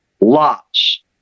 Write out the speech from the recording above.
lots